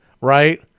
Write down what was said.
right